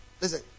Listen